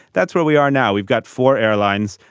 that's where we are now we've got four airlines.